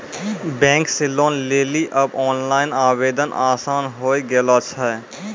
bank से loan लेली आब ओनलाइन आवेदन आसान होय गेलो छै